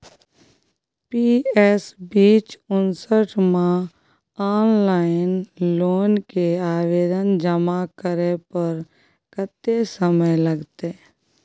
PS B उनसठ म online loan के आवेदन जमा करै पर कत्ते समय लगतै?